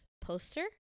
poster